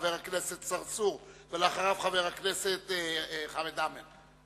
חבר הכנסת צרצור, ואחריו, חבר הכנסת חמד עמאר.